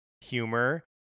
humor